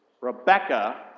Rebecca